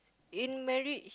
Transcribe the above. in marriage